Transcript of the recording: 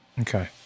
Okay